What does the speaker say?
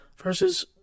Versus